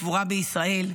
לקבורה בישראל.